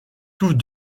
tous